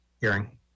hearing